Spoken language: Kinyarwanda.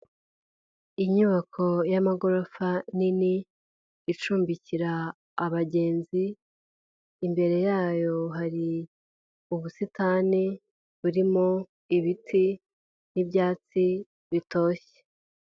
Inyubako y'amagorofa nini icumbikira abagenzi, imbere yayo hari ubusitani burimo ibiti n'ibyatsi bitoshye.